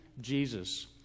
Jesus